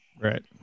Right